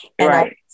Right